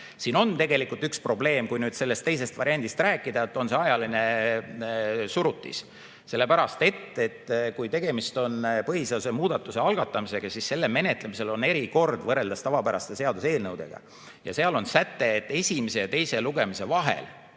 Siin on tegelikult üks probleem, kui sellest teisest variandist rääkida – see on ajaline surutis. Kui tegemist on põhiseaduse muudatuse algatamisega, siis selle menetlemisel on erikord võrreldes tavapäraste seaduseelnõudega. Selle kohta on säte, et esimese ja teise lugemise vahel